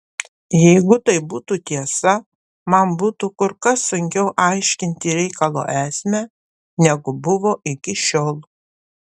jeigu tai būtų tiesa man būtų kur kas sunkiau aiškinti reikalo esmę negu buvo iki šiol